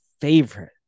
favorite